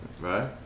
Right